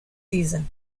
season